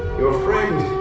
your friend,